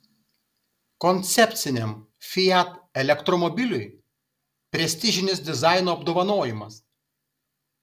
koncepciniam fiat elektromobiliui prestižinis dizaino apdovanojimas